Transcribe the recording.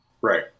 Right